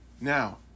Now